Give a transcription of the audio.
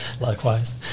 Likewise